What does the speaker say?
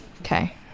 Okay